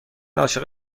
عاشق